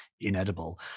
inedible